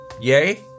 Yay